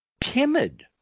timid